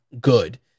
good